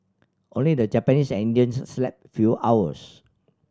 only the Japanese and Indians slept fewer hours